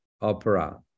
opera